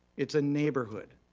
it's a neighborhood.